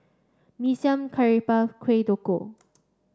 Mee Siam Curry Puff Kueh DoKok